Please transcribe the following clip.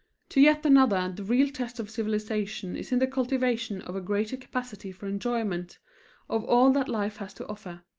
to yet another the real test of civilization is in the cultivation of a greater capacity for enjoyment of all that life has to offer.